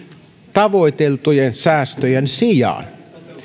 tavoiteltujen säästöjen sijaan